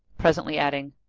presently adding,